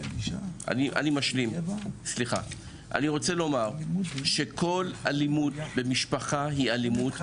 אני רוצה לומר שכל אלימות במשפחה היא אלימות,